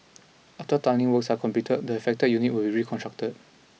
after tunnelling works are completed the affected unit will be reconstructed